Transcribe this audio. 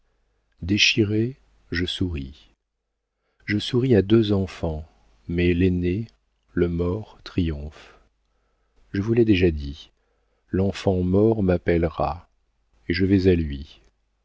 déchirée je souris je souris à deux enfants mais l'aîné le mort triomphe je vous l'ai déjà dit l'enfant mort m'appellera et je vais à lui